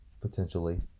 potentially